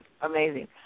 amazing